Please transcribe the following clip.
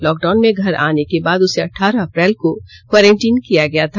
lockdown में घर आने के बाद उसे अठारह अप्रैल को क्वारेन्टीन किया गया था